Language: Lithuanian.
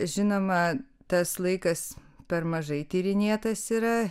žinoma tas laikas per mažai tyrinėtas yra